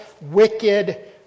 wicked